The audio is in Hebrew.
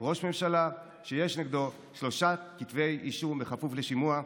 ראש ממשלה שיש נגדו שלושה כתבי אישום בכפוף לשימוע,